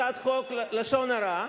הצעת חוק לשון הרע,